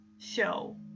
Show